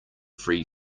free